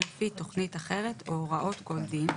או לפי תכנית אחרת או הוראות כל דין,